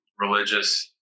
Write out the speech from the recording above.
religious